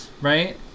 Right